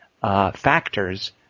factors